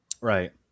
Right